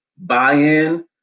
buy-in